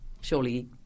surely